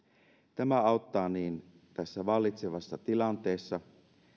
tämä auttaa niin tässä vallitsevassa tilanteessa